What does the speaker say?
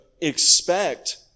expect